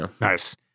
Nice